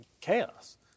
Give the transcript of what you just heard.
chaos